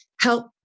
help